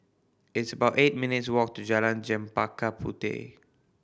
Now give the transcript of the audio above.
it's about eight minutes' walk to Jalan Chempaka Puteh